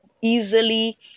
easily